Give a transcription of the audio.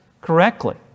correctly